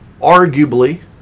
Arguably